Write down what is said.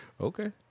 Okay